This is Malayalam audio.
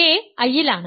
a I യിലാണ്